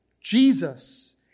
Jesus